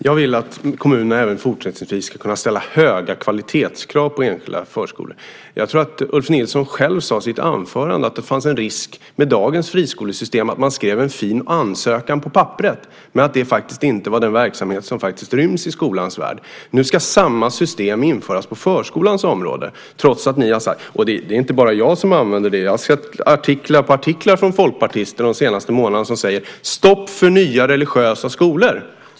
Fru talman! Jag vill att kommunerna även fortsättningsvis ska kunna ställa höga kvalitetskrav på enskilda förskolor. Jag tror att Ulf Nilsson själv sade i sitt anförande att det fanns en risk med dagens friskolesystem att man skrev en fin ansökan på papperet, men att det inte var den verksamhet som faktiskt ryms i skolans värld. Nu ska samma system införas på förskolans område. Det är inte bara jag som använder detta. Jag har sett artikel på artikel från folkpartister de senaste månaderna som säger: Stopp för nya religiösa skolor.